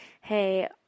hey